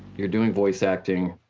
you're doing voice acting,